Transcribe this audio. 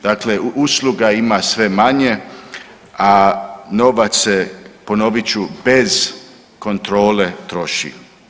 Dakle, usluga ima sve manje, a novac se, ponovit ću, bez kontrole troši.